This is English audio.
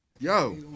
Yo